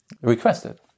requested